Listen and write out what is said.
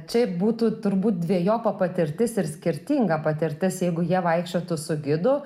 čia būtų turbūt dvejopa patirtis ir skirtinga patirtis jeigu jie vaikščiotų su gidu